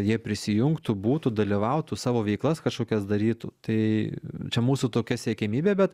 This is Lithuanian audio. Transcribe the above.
jie prisijungtų būtų dalyvautų savo veiklas kažkokias darytų tai čia mūsų tokia siekiamybė bet